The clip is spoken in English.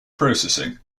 processing